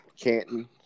Canton